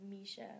Misha